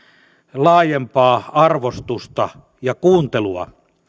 laajempaa arvostusta ja kuuntelua